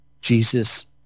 Jesus